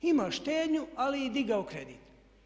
Ima štednju ali je i digao kredit.